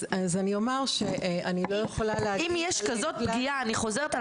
אז אני אומר --- אם יש כזאת פגיעה אני חוזרת על